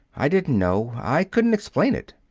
i didn't know. i couldn't explain it.